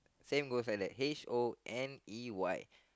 same goes like that H O N E Y